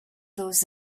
those